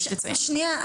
שנייה.